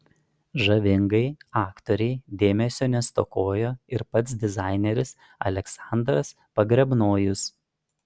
žavingajai aktorei dėmesio nestokojo ir pats dizaineris aleksandras pogrebnojus